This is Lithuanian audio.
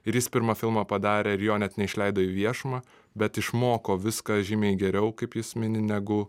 ir jis pirmą filmą padarė ir jo net neišleido į viešumą bet išmoko viską žymiai geriau kaip jis mini negu